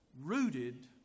rooted